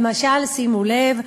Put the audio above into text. למשל, שימו לב: